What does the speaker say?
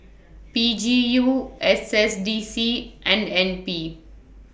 P G U S S D C and N P